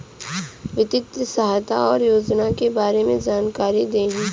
वित्तीय सहायता और योजना के बारे में जानकारी देही?